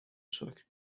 شکر، به